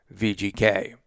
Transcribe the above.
VGK